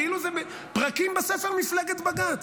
כאילו זה פרקים בספר מפלגת בג"ץ,